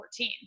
2014